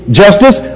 justice